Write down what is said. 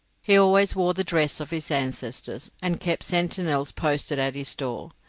he always wore the dress of his ancestors, and kept sentinels posted at his doors.